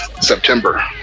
September